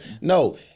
No